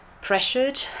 Pressured